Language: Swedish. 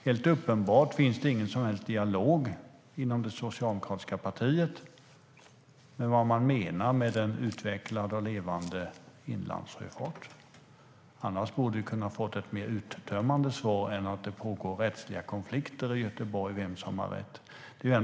Helt uppenbart finns det ingen som helst dialog inom det socialdemokratiska partiet om vad man menar med en utvecklad och levande inlandssjöfart. Annars borde vi ha kunnat få ett mer uttömmande svar än att det pågår rättsliga konflikter i Göteborg om vem som har rätt. Herr talman!